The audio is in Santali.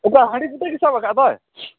ᱚᱠᱟ ᱦᱟᱺᱰᱤᱠᱩᱴᱟᱹ ᱜᱮ ᱥᱟᱵ ᱠᱟᱜᱼᱟ ᱛᱚ